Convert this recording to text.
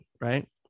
right